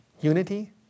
unity